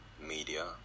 media